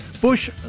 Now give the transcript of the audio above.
Bush